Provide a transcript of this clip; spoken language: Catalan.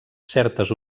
certes